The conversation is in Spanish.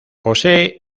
posee